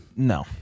No